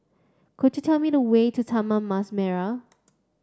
could you tell me the way to Taman Mas Merah